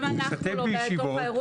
גם אנחנו לא באירוע.